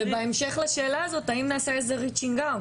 ובהמשך לשאלה הזאת האם נעשה איזהreaching out ?